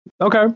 Okay